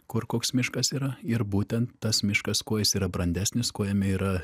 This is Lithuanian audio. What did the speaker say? kur koks miškas yra ir būtent tas miškas kuo jis yra brandesnis kuo jame yra